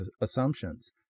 assumptions